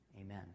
Amen